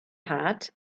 hat